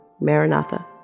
Maranatha